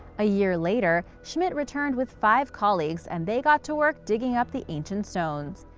a year later, schmidt returned with five colleagues and they got to work digging up the ancient stones.